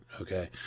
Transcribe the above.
Okay